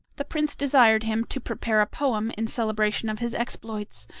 the prince desired him to prepare a poem in celebration of his exploits,